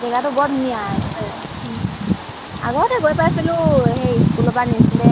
জেগাটো বৰ ধুনীয়া আগতে গৈ পাইছিলোঁ সেই স্কুলৰ পৰা নিছিলে